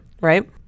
right